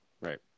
Right